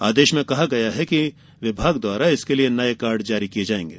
आदेश में कहा गया है कि विभाग द्वारा इसके लिए नये कार्ड जारी किये जायेंगे